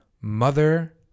mother